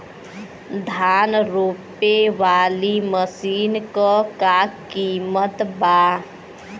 धान रोपे वाली मशीन क का कीमत बा?